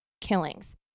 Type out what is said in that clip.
killings